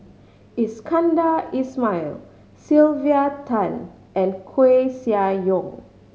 Iskandar Ismail Sylvia Tan and Koeh Sia Yong